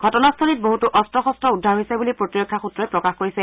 ঘটনাস্থলীত বহুতো অস্ত্ৰ শস্ত্ৰ উদ্ধাৰ হৈছে বুলি প্ৰতিৰক্ষা সূত্ৰই প্ৰকাশ কৰিছে